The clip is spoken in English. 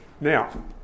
Now